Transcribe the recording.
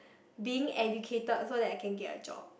being educated so that I can get a job